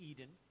Eden